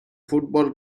football